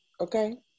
okay